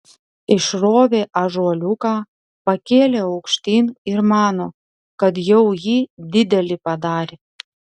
išrovė ąžuoliuką pakėlė aukštyn ir mano kad jau jį didelį padarė